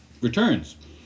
Returns